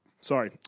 Sorry